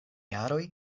jaroj